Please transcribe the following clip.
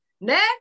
next